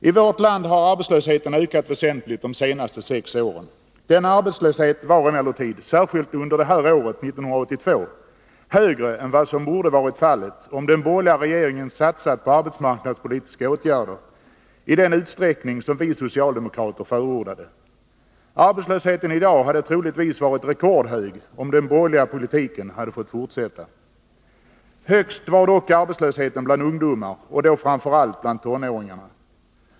I vårt land har arbetslösheten ökat väsentligt de senaste sex åren. Denna arbetslöshet var emellertid — särskilt under 1982— högre än vad som borde ha varit fallet om den borgerliga regeringen satsat på arbetsmarknadspolitiska åtgärder i den utsträckning som vi socialdemokrater förordade. Arbetslösheten i dag hade troligtvis varit rekordhög om den borgerliga politiken fått fortsätta. Högst var dock arbetslösheten bland ungdomar, framför allt bland tonåringar.